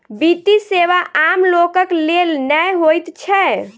वित्तीय सेवा आम लोकक लेल नै होइत छै